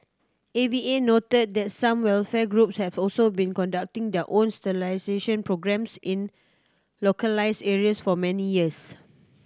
A V A noted that some welfare groups have also been conducting their own sterilisation programmes in localised areas for many years